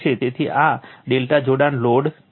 તેથી આ ∆ જોડાયેલ લોડ છે